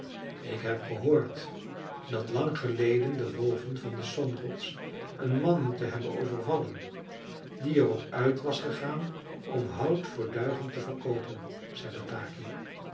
ik heb gehoord dat lang geleden de wolven van de sonrots een man moeten hebben overvallen die er op uit was gegaan om hout voor duigen te verkoopen zei bataki